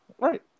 Right